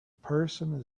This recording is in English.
person